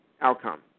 outcome